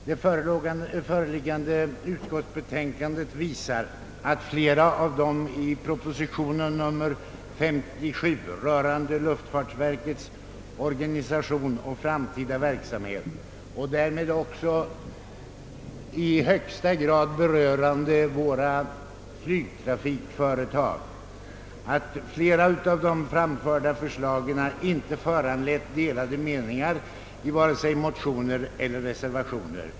Det föreliggande utskottsbetänkandet visar att flera av de i propositionen nr 57 rörande luftfartsverkets organisation och framtida verksamhet framförda förslagen, vilka också i högsta grad berör våra flygtrafikföretag, inte föranlett delade meningar i vare sig motioner eller reservationer.